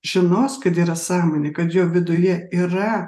žinos kad yra sąmonė kad jo viduje yra